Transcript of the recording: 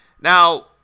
Now